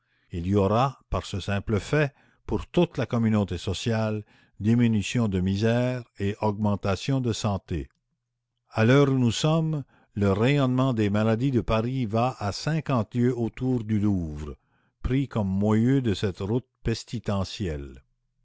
il y aura par ce simple fait pour toute la communauté sociale diminution de misère et augmentation de santé à l'heure où nous sommes le rayonnement des maladies de paris va à cinquante lieues autour du louvre pris comme moyeu de cette route